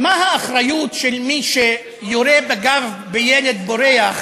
מה האחריות של מי שיורה בגב של ילד בורח